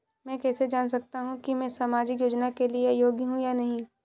मैं कैसे जान सकता हूँ कि मैं सामाजिक योजना के लिए योग्य हूँ या नहीं?